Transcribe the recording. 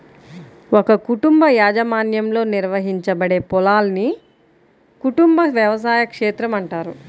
ఒక కుటుంబ యాజమాన్యంలో నిర్వహించబడే పొలాన్ని కుటుంబ వ్యవసాయ క్షేత్రం అంటారు